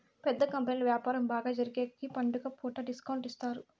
పెద్ద కంపెనీలు వ్యాపారం బాగా జరిగేగికి పండుగ పూట డిస్కౌంట్ ఇత్తారు